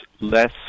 less